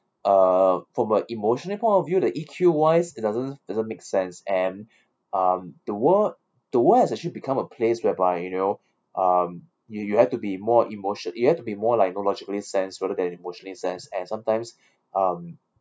uh from a emotional point of view the E_Q wise it doesn't doesn't make sense and um the world the world has actually become a place whereby you know um you you have to be more emotion you have to be more like you know logically sense rather than emotionally sense and sometimes um